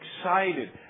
excited